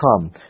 come